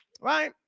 Right